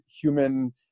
human